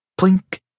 Plink